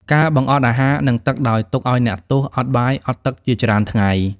ការបង្អត់អាហារ និងទឹកដោយទុកឱ្យអ្នកទោសអត់បាយអត់ទឹកជាច្រើនថ្ងៃ។